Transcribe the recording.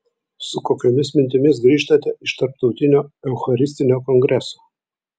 su kokiomis mintimis grįžtate iš tarptautinio eucharistinio kongreso